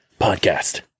podcast